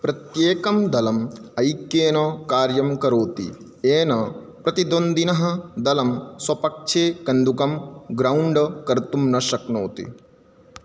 प्रत्येकं दलम् ऐक्येन कार्यं करोति येन प्रतिद्वन्द्विनः दलं स्वपक्षे कन्दुकं ग्रौण्ड् कर्तुं न शक्नोति